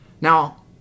Now